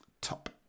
top